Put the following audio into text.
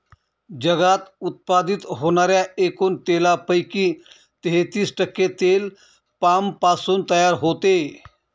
जगात उत्पादित होणाऱ्या एकूण तेलापैकी तेहतीस टक्के तेल पामपासून तयार होते